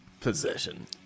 possession